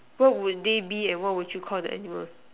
what would they be and what would you Call the animals